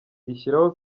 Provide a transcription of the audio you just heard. rishyiraho